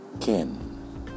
Ken